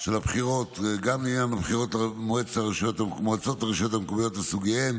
של הבחירות גם לעניין הבחירות למועצות והרשויות המקומיות לסוגיהן